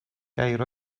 gair